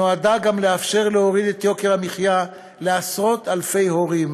נועדה גם לאפשר להוריד את יוקר המחיה לעשרות-אלפי הורים.